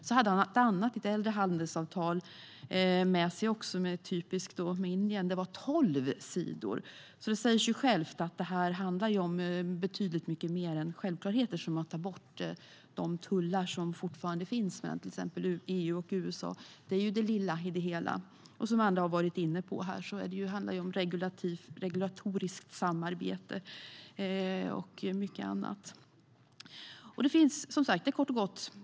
Han hade ett äldre handelsavtal med Indien med sig. Det var 12 sidor. Det säger sig självt att detta handlar om betydligt mycket mer än självklarheter som att ta bort de tullar som fortfarande finns mellan till exempel EU och USA. Det är det lilla i det hela. Som andra har varit inne på här handlar det om regulatoriskt samarbete och mycket annat.